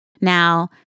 now